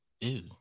Ew